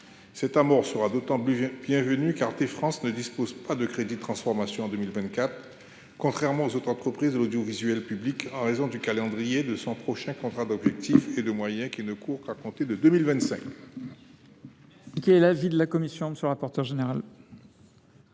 allocation sera d’autant plus bienvenue qu’Arte France ne dispose pas de crédits dans le plan de transformation en 2024, contrairement aux autres entreprises de l’audiovisuel public, en raison du calendrier de son prochain contrat d’objectifs et de moyens, qui ne débute qu’en 2025.